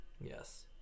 Yes